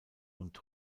und